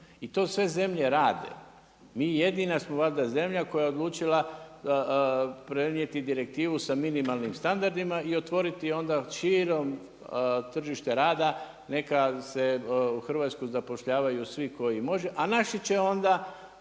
I to sve zemlje rade, mi jedina smo valjda zemlja koja je odlučila prenijeti direktivu sa minimalnim standardima i otvoriti onda širom tržište rada, neka se u Hrvatskoj zapošljavanju svi koji može, a naši će onda